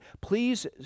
Please